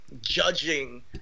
judging